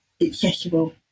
accessible